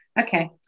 okay